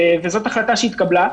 וזו החלטה שהתקבלה.